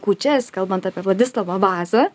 kūčias kalbant apie vladislovą vazą